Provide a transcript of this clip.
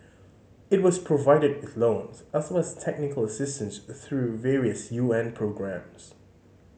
it was provided with loans as well as technical assistance through various U N programmes